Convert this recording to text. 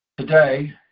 Today